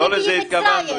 לא לזה התכוונו.